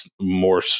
more